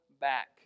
back